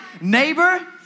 neighbor